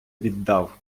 віддав